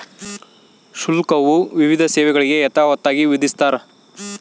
ಶುಲ್ಕವು ವಿವಿಧ ಸೇವೆಗಳಿಗೆ ಯಥಾವತ್ತಾಗಿ ವಿಧಿಸ್ತಾರ